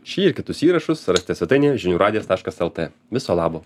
šį ir kitus įrašus rasite svetainėje žinių radijas taškas lt viso labo